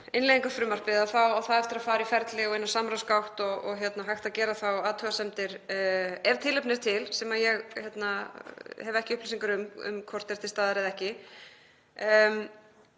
innleiðingarfrumvarpið að þá á það eftir að fara í ferli og inn á samráðsgátt og hægt að gera þá athugasemdir ef tilefni er til, sem ég hef ekki upplýsingar um hvort er til staðar eða ekki.